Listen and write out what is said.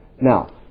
Now